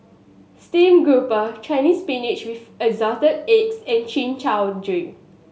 stream grouper Chinese Spinach with Assorted Eggs and Chin Chow drink